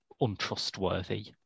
untrustworthy